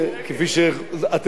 חברי חברי הכנסת,